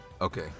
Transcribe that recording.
okay